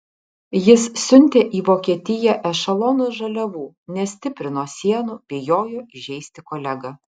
jis siuntė į vokietiją ešelonus žaliavų nestiprino sienų bijojo įžeisti kolegą